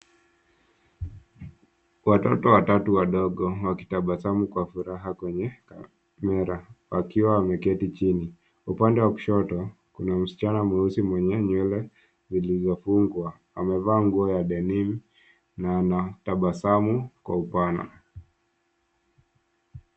Watoto watatu wadogo wakitabasamu kwa furaha kwenye kamera ,wakiwa wameketi chini . Upande wa kushoto msichana mweusi mwenye zilizo fungwa amevaa nguo ya denim na anatabasamu kwa upana.